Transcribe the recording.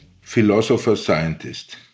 Philosopher-Scientist